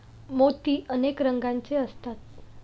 मोती अनेक रंगांचे असतात